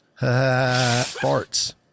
Farts